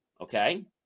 okay